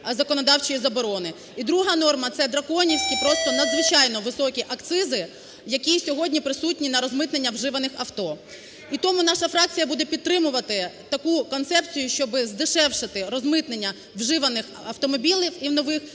І друга норма. Це драконівські, просто надзвичайно високі акцизи, які сьогодні присутні на розмитнення вживаних авто. І тому наша фракція буде підтримувати таку концепцію, щоб здешевити розмитнення вживаних автомобілів і нових для